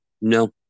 No